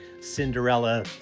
Cinderella